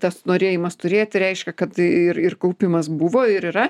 tas norėjimas turėti reiškia kad ir ir kaupimas buvo ir yra